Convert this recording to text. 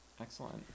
Excellent